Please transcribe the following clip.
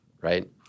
right